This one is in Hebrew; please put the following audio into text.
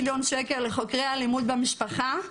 מיליון שקלים לחוקרי אלימות במשפחה,